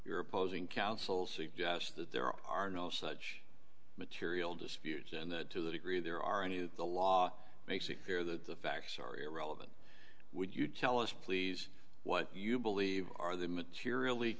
your opposing counsel suggests that there are no such material disputes and that to the degree there are any the law makes it clear that the facts are irrelevant would you tell us please what you believe are the materially